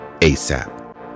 ASAP